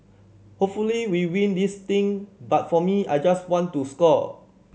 hopefully we win this thing but for me I just want to score